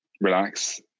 relax